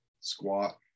squat